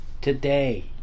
today